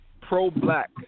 pro-black